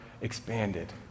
expanded